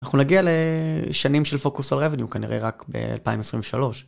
אנחנו נגיע לשנים של פוקוס על רבניו כנראה רק ב-2023.